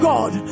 God